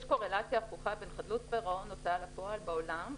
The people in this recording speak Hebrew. יש קורלציה הפוכה בין חדלות פירעון והוצאה לפועל בעולם.